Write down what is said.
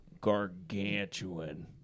gargantuan